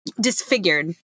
disfigured